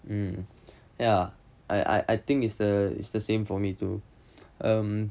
um ya I I think it's the it's the same for me too um